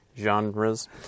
Genres